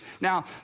Now